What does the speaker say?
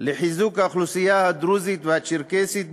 לחיזוק האוכלוסייה הדרוזית והצ'רקסית,